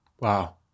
Wow